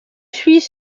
suis